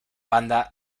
banda